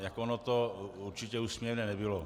Tak ono to určitě úsměvné nebylo.